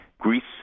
Greece